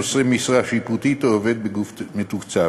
נושא משרה שיפוטית או עובד גוף מתוקצב.